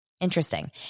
Interesting